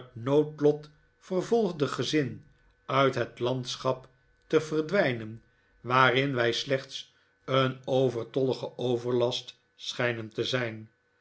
noodlot vervolgde gezin uit het landschap te verdwijnen waarin wij slechts een overtollige overlast schijnen te zijn